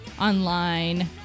online